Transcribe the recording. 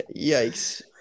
Yikes